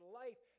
life